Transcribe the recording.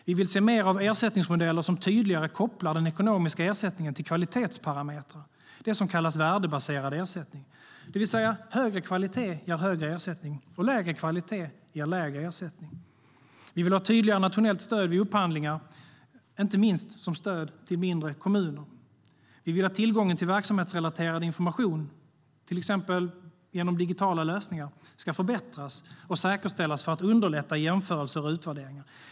Vi vill se mer av ersättningsmodeller som tydligare kopplar den ekonomiska ersättningen till kvalitetsparametrar, alltså det som kallas värdebaserad ersättning där högre kvalitet ger högre ersättning och lägre kvalitet ger lägre ersättning. Vi vill ha tydligare nationellt stöd vid upphandlingar, inte minst som stöd till mindre kommuner. Vi vill att tillgången till verksamhetsrelaterad information, exempelvis genom digitala lösningar, ska förbättras och säkerställas för att underlätta jämförelser och utvärderingar.